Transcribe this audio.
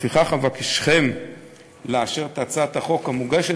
לפיכך אבקשכם לאשר את הצעת החוק המוגשת